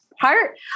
heart